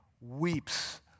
weeps